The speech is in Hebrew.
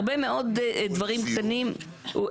הרבה מאוד דברים קטנים.